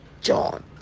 John